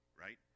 Right